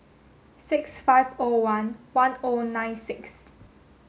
six five O one one O nine six